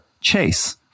Chase